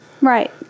Right